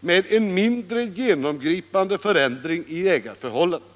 med en mindre genomgripande förändring i ägarförhållandena.